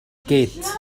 كيت